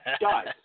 guys